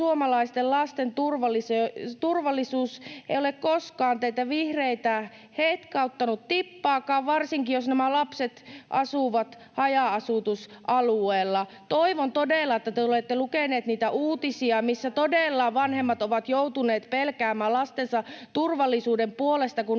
suomalaisten lasten turvallisuus ei ole koskaan teitä vihreitä hetkauttanut tippaakaan, varsinkin jos nämä lapset asuvat haja-asutusalueella. [Satu Hassi: Törkeä väite!] Toivon todella, että te olette lukeneet niitä uutisia, missä todella vanhemmat ovat joutuneet pelkäämään lastensa turvallisuuden puolesta,